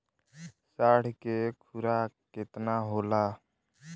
साढ़ के खुराक केतना होला?